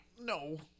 No